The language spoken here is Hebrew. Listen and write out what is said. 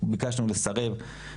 ביקשנו לסרב,